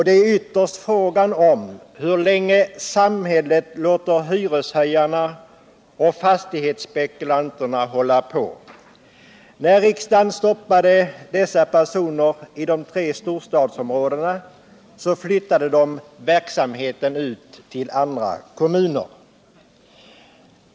Det är ytterst fråga om hur länge samhället skall låta hyreshajarna och fastighetsspekulanterna hålla på. När riksdagen stoppade dessa personer i de tre storstadsområdena flyttades verksamheten ut till andra kommuner.